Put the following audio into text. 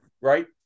right